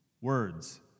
words